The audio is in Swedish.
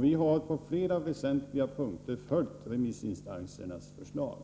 Vi har på flera väsentliga punkter följt remissinstansernas förslag.